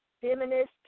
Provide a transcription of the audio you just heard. feminist